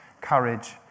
courage